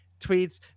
tweets